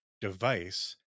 device